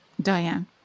diane